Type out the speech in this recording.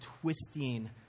twisting